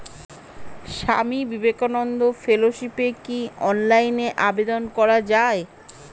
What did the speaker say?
স্বামী বিবেকানন্দ ফেলোশিপে কি অনলাইনে আবেদন করা য়ায়?